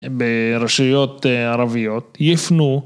ברשויות ערביות, ייפנו ...